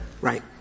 Right